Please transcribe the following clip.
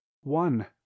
one